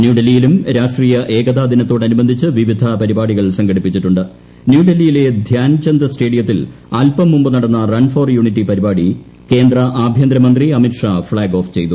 ന്യൂഡൽഹിയിലും രാഷ്ട്രീയ ഏക്താ ദിനത്തോടനുബന്ധിച്ച് വിവിധ പരിപാടികൾ സംഘടിപ്പിച്ചിട്ടുണ്ട് ന്യൂഡൽഹിയിലെ ധ്യാൻ ചന്ദ് സ്റ്റേഡിയത്തിൽ അൽപ്പം മുസ്പ് നടന്ന റൺ ഫോർ യൂണിറ്റി പരിപാടി കേന്ദ്ര ആഭ്യന്തരമന്ത്രി അമിത് ഷാ ഫ്ളാഗ് ഓഫ് ചെയ്തു